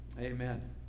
Amen